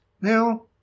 now